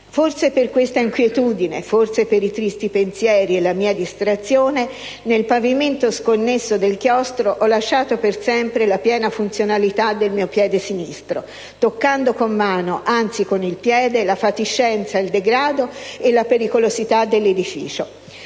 Forse per questa inquietudine, forse per i tristi pensieri e la mia distrazione, nel pavimento sconnesso del chiostro ho lasciato per sempre la piena funzionalità del mio piede sinistro, toccando con mano, anzi con il piede, la fatiscenza, il degrado e la pericolosità dell'edificio.